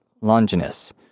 Longinus